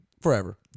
Forever